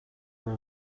are